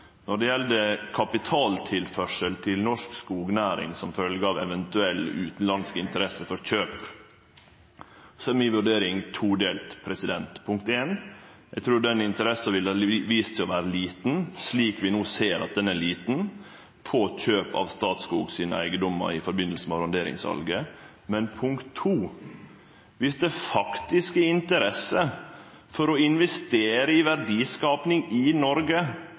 Når det gjeld kapitaltilførsel til norsk skognæring som følgje av ei eventuell utanlandsk interesse for kjøp, er vurderinga mi todelt: Eg trur den interessa ville ha vist seg å ha vore lita, slik vi no ser at ho er lita for kjøp av Statskog sine eigedomar i samanheng med arronderingssalet. Viss det faktisk er interesse for å investere i verdiskaping i Noreg